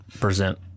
present